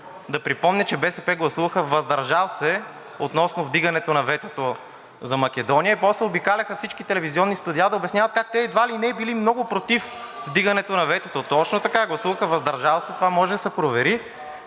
Да припомня, че БСП гласуваха въздържал се относно вдигането на ветото за Македония и после обикаляха всички телевизионни студия да обясняват как те едва ли не били много против вдигането на ветото. (Реплики.) Точно така. Гласуваха въздържал се. Това може да се провери,